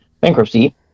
bankruptcy